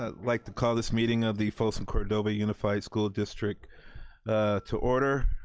ah like to call this meeting of the folsom cordova unified school district to order.